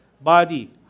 body